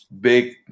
big